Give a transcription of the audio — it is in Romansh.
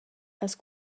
els